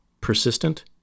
persistent